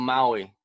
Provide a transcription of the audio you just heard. Maui